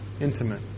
intimate